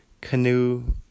Canoe